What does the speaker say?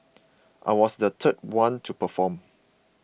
I was the third one to perform